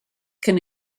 can